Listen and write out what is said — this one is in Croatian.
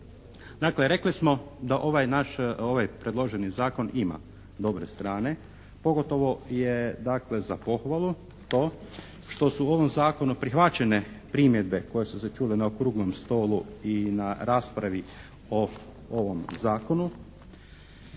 Dakle rekli smo da ovaj naš, ovaj predloženi zakon ima dobre strane. Pogotovo je dakle za pohvalu to što su u ovom zakonu prihvaćene primjedbe koje su se čule na Okruglom stolu i na raspravi o ovom zakonu.